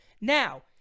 Now